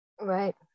right